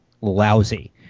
lousy